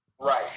Right